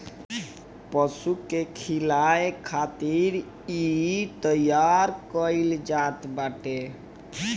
पशु के खियाए खातिर इ तईयार कईल जात बाटे